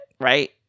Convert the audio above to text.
right